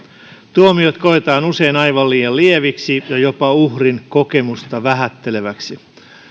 tuomiot koetaan usein aivan liian lieviksi ja jopa uhrin kokemusta vähätteleviksi